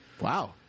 Wow